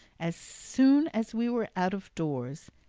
as soon as we were out of doors,